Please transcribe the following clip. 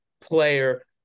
player